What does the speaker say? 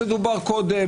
שדובר קודם,